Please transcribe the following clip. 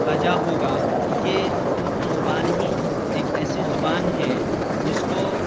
بجا ہوگا کہ اردو زبان ہی ایک ایسی زبان ہے جس کو